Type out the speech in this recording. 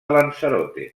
lanzarote